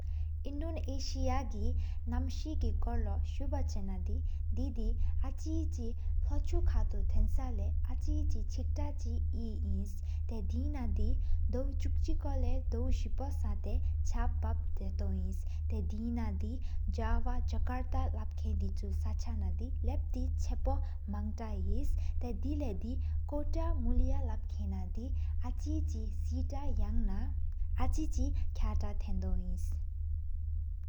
ཨིན་དོ་ནེ་ཤིཡ་གི་ནམསི་གི་སྐོར་ལོ་སུ་བ་ཆེ་ན་དི། དི་དི་ཨ་ཅི་ཆི་ལོ་བཅུ་གི་ཁ་ཐུ་བརྟན་ས་ལ། ཨ་ཅི་ཆི་ཆེག་ཏ་ཆིག་ཡེ་ཨིན་ཏཱེ་དེ་ན་དི། ཟླ་བའུ་བཅུ་གཅིག་ཀུ་ལེ་ཟླ་བའོ་གཟེབ་པ་སངས་ཏ་ཡི། ཆབ་བབ་དའི་ཏོ་ཡིན་ཏ་ཡི་ན་དི། ཇ་བ་ཇ་ཀཱ་ཏཱ་ལ་བ་ཀན་ས་ཅལ་དི་ཤུ་ན་དི། ལ་བ་ཏི་ཆབ་པོ་མང་ཏ་ཧེ་ཏ་ཡི་ལེ་དི། ཅོ་ཏ་མུལི་ཡ་ལ་བ་ཁེན་ན་དི། ཨ་ཅི་ཆི་སེ་ཏ་ཡ་ན་ཨ་ཅི་ཁི་ཁ་ཏའོ་ལུ་རྡོ་ཨི་ན།